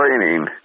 training